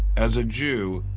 as a jew,